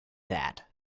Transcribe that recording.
that